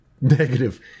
negative